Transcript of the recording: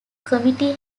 committee